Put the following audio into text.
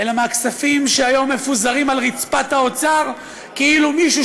אלא מהכספים שהיום מפוזרים על רצפת האוצר כאילו מישהו